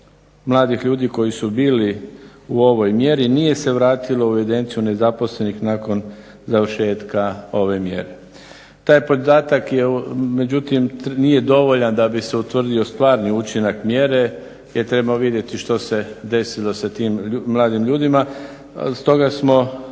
mladih ljudi koji su bili u ovoj mjeri nije se vratilo u evidenciju nezaposlenih nakon završetka ove mjere. Taj podatak međutim nije dovoljan da bi se utvrdio stvarni učinak mjere jer treba vidjeti što se desilo sa tim mladim ljudima. Stoga smo